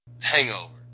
Hangover